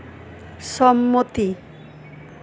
সম্মতি